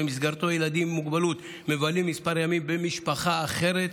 ובמסגרתו ילדים עם מוגבלות מבלים כמה ימים במשפחה אחרת,